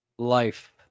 Life